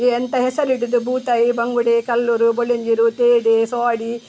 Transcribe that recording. ಎಂತ ಹೆಸರಿಡುದು ಬೂತಾಯಿ ಬಂಗುಡೆ ಕಲ್ಲುರು ಬೊಳಿಂಜಿರು ತೇಡೆ ಸೋಡಿ